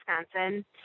Wisconsin